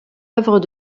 œuvres